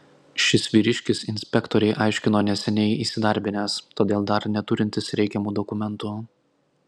šis vyriškis inspektorei aiškino neseniai įsidarbinęs todėl dar neturintis reikiamų dokumentų